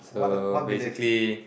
so basically